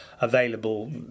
available